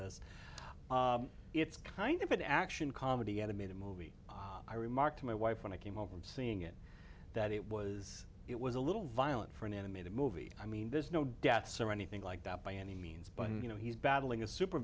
this it's kind of an action comedy animated movie i remarked to my wife when i came home from seeing it that it was it was a little violent for an animated movie i mean there's no deaths or anything like that by any means but you know he's battling a super